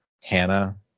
hannah